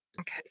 okay